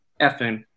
effing